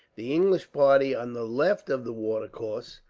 the english party on the left of the watercourse,